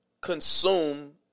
consume